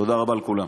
תודה רבה לכולם.